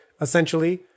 essentially